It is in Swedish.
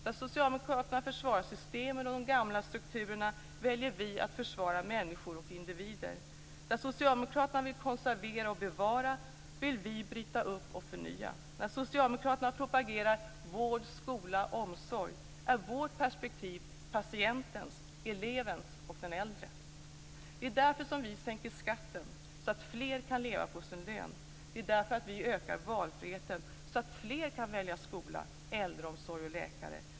Där Socialdemokraterna försvarar systemen och de gamla strukturerna väljer vi att försvara människor och individer. Där Socialdemokraterna vill konservera och bevara vill vi bryta upp och förnya. När socialdemokraterna propagerar för "vård, skola och omsorg" är vårt perspektiv patientens, elevens och den äldres. Det är därför vi sänker skatten så att fler kan leva på sin lön. Det är därför vi ökar valfriheten så att fler kan välja skola, äldreomsorg och läkare.